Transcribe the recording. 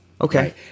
Okay